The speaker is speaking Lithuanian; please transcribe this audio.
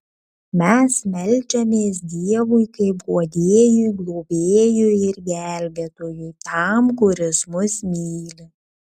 mes meldžiamės dievui kaip guodėjui globėjui ir gelbėtojui tam kuris mus myli